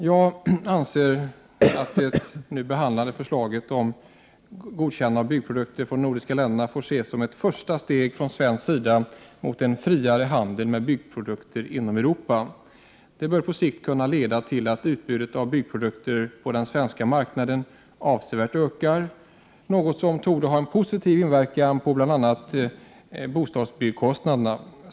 Jag anser att det nu behandlade förslaget om godtagande av byggprodukter från de nordiska länderna får ses som ett första steg från svensk sida på vägen mot en friare handel med byggprodukter inom Europa. Det bör på sikt kunna leda till att utbudet av byggprodukter på den svenska marknaden avsevärt ökar, något som torde ha en positiv inverkan på bl.a. bostadsbyggnadskostnaderna.